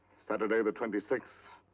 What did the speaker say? saturday the twenty sixth,